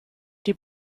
die